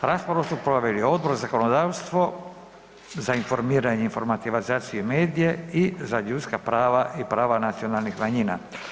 Raspravu su proveli Odbor za zakonodavstvo, za informiranje, informatizaciju i medije i za ljudska prava i prava nacionalnih manjina.